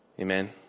Amen